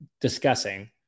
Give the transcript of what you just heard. discussing